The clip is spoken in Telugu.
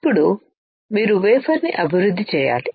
ఇప్పుడు మీరు వేఫర్ ను అభివృద్ధి చేయాలి